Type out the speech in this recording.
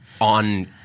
on